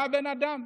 בא הבן אדם,